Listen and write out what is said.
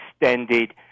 extended